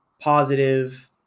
positive